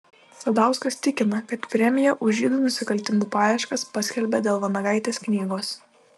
sadauskas tikina kad premiją už žydų nusikaltimų paieškas paskelbė dėl vanagaitės knygos